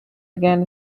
began